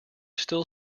still